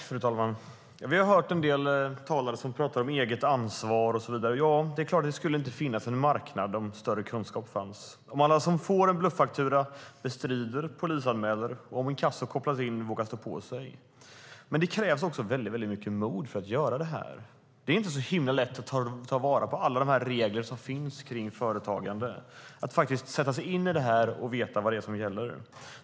Fru talman! Vi har hört en del talare som pratar om eget ansvar och så vidare. Ja, det är klart att det inte skulle finnas en marknad om det fanns större kunskap, om alla som får en bluffaktura bestrider och polisanmäler och, om inkasso kopplas in, vågar stå på sig. Men det krävs väldigt mycket mod för att göra det. Det är inte så himla lätt att ta vara på alla de regler som finns kring företagande, att faktiskt sätta sig in i det och veta vad som gäller.